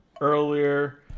earlier